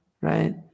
right